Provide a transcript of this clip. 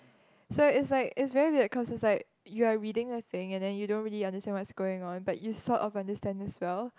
so it's like it's very weird cause it's like you're reading a thing and then you don't really understand what's going on but you sort of understand as well